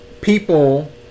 people